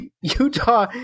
Utah